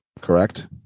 correct